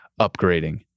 upgrading